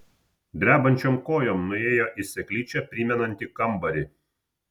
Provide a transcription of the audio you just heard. drebančiom kojom nuėjo į seklyčią primenantį kambarį